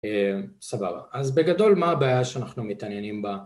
סבבה, אז בגדול מה הבעיה שאנחנו מתעניינים בה?